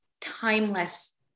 timeless